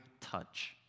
touch